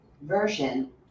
version